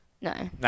No